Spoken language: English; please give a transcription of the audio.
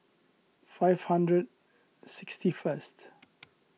five hundred sixty first